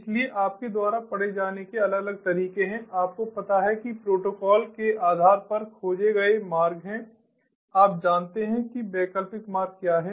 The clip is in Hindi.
इसलिए आपके द्वारा पढ़े जाने के अलग अलग तरीके हैं आपको पता है कि प्रोटोकॉल के आधार पर खोजे गए मार्ग हैं आप जानते हैं कि वैकल्पिक मार्ग क्या हैं